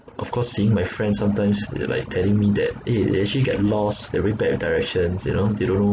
of course seeing my friends sometimes they're like telling me that eh they actually get lost they're very bad at directions you know they don't know